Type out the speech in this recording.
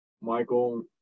Michael